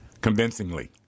Convincingly